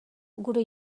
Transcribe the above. gure